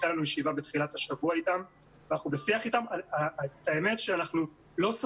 אולי יש תכנית סודית שאנחנו לא יודעים עליה.